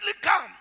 come